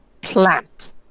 plant